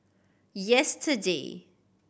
yesterday